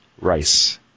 Rice